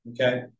okay